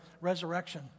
resurrection